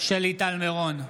שלי טל מירון,